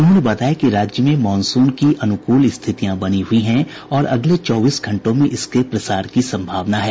उन्होंने बताया कि राज्य में मॉनसून की अनुकूल स्थितियां बनी हुई हैं और अगले चौबीस घंटों में इसके प्रसार की संभावना है